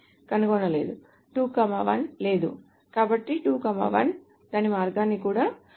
2 1 లేదు కాబట్టి 2 1 దాని మార్గాన్ని కూడా కనుగొంటుంది